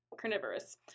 carnivorous